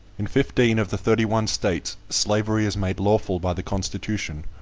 in fifteen of the thirty-one states, slavery is made lawful by the constitution,